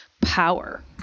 power